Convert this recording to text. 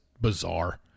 bizarre